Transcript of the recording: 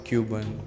Cuban